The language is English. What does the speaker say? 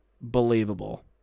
believable